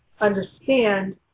understand